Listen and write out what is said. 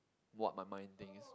what my mind thinks